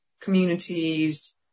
communities